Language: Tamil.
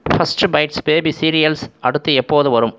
ஃபர்ஸ்ட் பைட்ஸ் பேபி சீரியல்ஸ் அடுத்து எப்போது வரும்